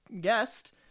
guest